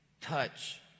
Touch